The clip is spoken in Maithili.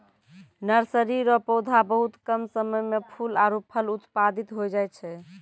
नर्सरी रो पौधा बहुत कम समय मे फूल आरु फल उत्पादित होय जाय छै